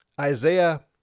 Isaiah